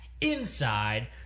Inside